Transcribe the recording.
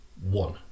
one